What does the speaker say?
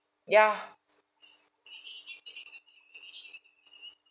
yeah